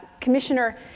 Commissioner